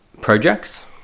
projects